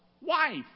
wife